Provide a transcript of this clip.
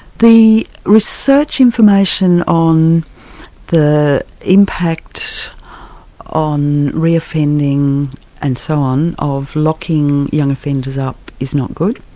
the research information on the impact on reoffending and so on, of locking young offenders up, is not good.